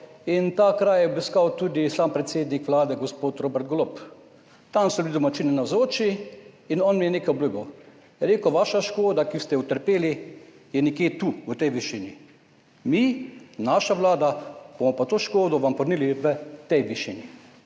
in ta kraj je obiskal tudi sam predsednik Vlade, gospod Robert Golob. Tam so bili domačini navzoči in on jim je nekaj obljubil, je rekel, vaša škoda, ki ste jo utrpeli, je nekje tu v tej višini, mi, naša Vlada bomo pa to škodo vam povrnili v tej višini.